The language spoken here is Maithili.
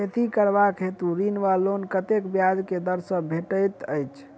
खेती करबाक हेतु ऋण वा लोन कतेक ब्याज केँ दर सँ भेटैत अछि?